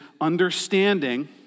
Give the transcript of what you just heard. understanding